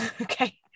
okay